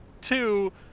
two